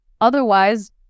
Otherwise